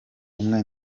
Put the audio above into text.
umwe